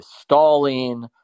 stalling